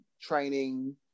training